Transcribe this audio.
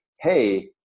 hey